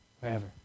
forever